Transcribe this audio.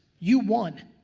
you won.